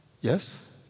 yes